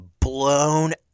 blown